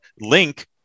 Link